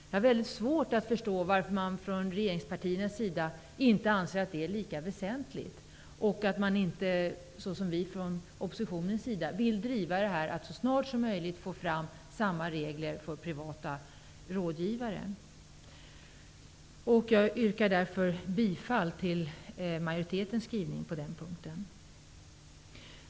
Jag har mycket svårt att förstå varför regeringspartierna inte anser att detta är lika väsentligt och att man inte såsom vi i oppositionen vill driva kravet att så snart som möjligt få fram samma regler för privata rådgivare. Jag yrkar därför bifall till majoritetens skrivning på denna punkt.